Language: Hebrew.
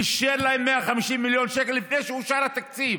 ואישר להן 150 מיליון שקל, לפני שאושר התקציב.